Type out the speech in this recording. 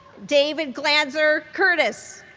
david glanzer curtis,